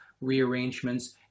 rearrangements